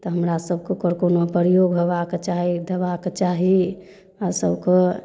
तऽ हमरा सभके ओकर कोनो प्रयोग हेबाक चाही देबाक चाही हमरा सभके